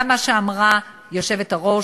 גם מה שאמרה היושבת-ראש,